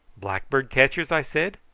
blackbird catchers? i said.